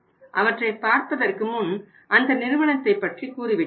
அவற்றைப் பார்ப்பதற்கு முன் அந்த நிறுவனத்தைப் பற்றி கூறி விடுகிறேன்